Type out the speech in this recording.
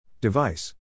Device